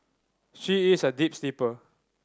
she is a deep sleeper